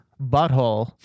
butthole